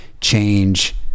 change